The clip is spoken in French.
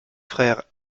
frère